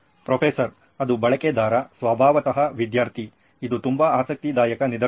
professor ಅದು ಬಳಕೆದಾರ ಸ್ವಭಾವತಃ ವಿದ್ಯಾರ್ಥಿ ಇದು ತುಂಬಾ ಆಸಕ್ತಿದಾಯಕ ನಿರ್ದೇಶನ